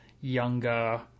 younger